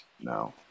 no